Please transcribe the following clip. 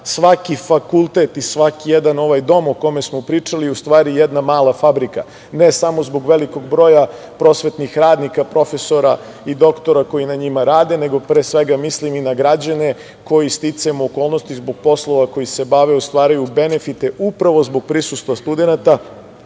Svaki fakultet i svaki ovaj dom o kome smo pričali je u stvari jedna mala fabrika, ne samo zbog velikog broja prosvetnih radnika, profesora i doktora koji na njima rade, nego pre svega mislim i na građane koje sticajem okolnosti zbog poslova kojima se bave ostvaruju benefite upravo zbog prisustva studenata,